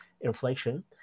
inflation